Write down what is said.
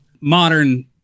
modern